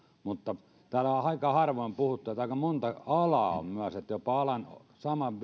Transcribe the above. mutta täällä on aika harvoin puhuttu että on myös aika monta alaa joissa jopa saman